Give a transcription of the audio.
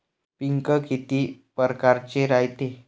पिकं किती परकारचे रायते?